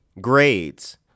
Grades